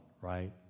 right